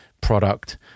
product